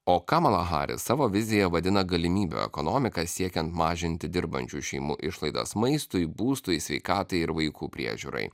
o kamala haris savo viziją vadina galimybių ekonomiką siekiant mažinti dirbančių šeimų išlaidas maistui būstui sveikatai ir vaikų priežiūrai